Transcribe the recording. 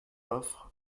offres